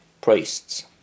priests